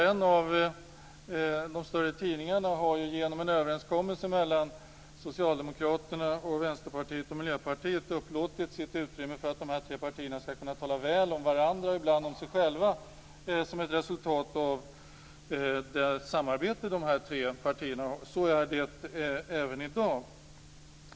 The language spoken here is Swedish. En av de större tidningarna har ju genom en överenskommelse mellan Socialdemokraterna, Vänsterpartiet och Miljöpartiet upplåtit sitt utrymme för att de här tre partierna skall kunna tala väl om varandra, och ibland om sig själva, som ett resultat av det samarbete som de har. Så är det även i dag.